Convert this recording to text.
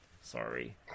sorry